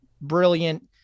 brilliant